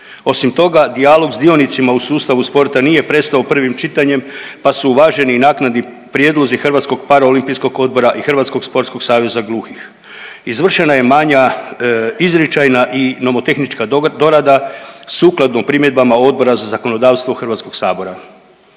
Osim toga, dijalog s dionicima u sustavu sporta nije prestao prvim čitanjem pa su uvaženi i naknadni prijedlozi Hrvatskog paraolimpijskog odbora i Hrvatskog sportskog saveza gluhih. Izvršena je manja izričajna i nomotehnička dorada sukladno primjedbama Odbora za zakonodavstvo Hrvatskog sabora.